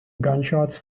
gunshots